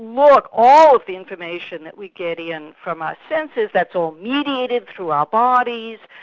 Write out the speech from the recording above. look, all the information that we get in from our senses, that's all mediated through our bodies,